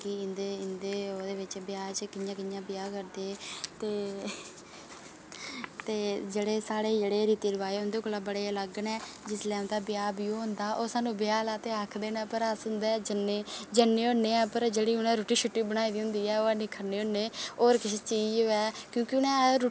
की इंदे इंदे ओह् ब्याह् बि्च कियां कियां करदे ते साढ़े जेह्ड़े रीति रवाज़ न जेह्ड़े ओह् उंदे कोला अलग होंदे ते जेल्लै उंदे ब्याह् होंदा ते ओह् स्हानू आखदे न पर अस उंदे जन्ने होन्ने ऐं पर जेह्ड़ी उटनें रुट्टी बनाई दी होंदी अस बिल्कुल निं खन्नै होन्ने होर किश चीज़ होऐ क्योंकि उनें रुट्टी